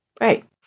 Right